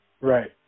Right